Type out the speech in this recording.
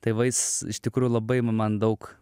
tai va jis iš tikrųjų labai man daug